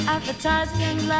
Advertising